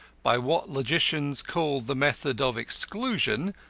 by what logicians called the method of exclusion,